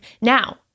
Now